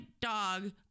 dog